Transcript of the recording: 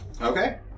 Okay